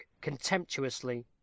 contemptuously